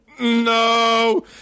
no